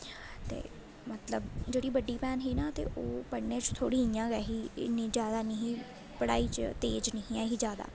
ते मतलब जेह्ड़ी बड्डी भैन ही ना ते ओह् पढने च थोह्ड़ी इ'यां गै ही इन्नी जादा नेईं ही पढ़ाई च तेज़ नेईं ही ऐही जादा